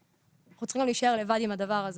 אנחנו צריכים להישאר לבד עם הדבר הזה.